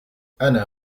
أنا